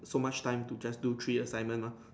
so much time to just do three assignment mah